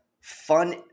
fun